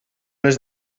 les